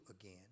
again